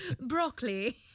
Broccoli